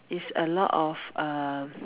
is a lot of err